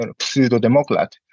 pseudo-democrat